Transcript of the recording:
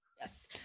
yes